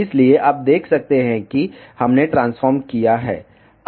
इसलिए आप देख सकते हैं कि हमने ट्रांसफार्म किया है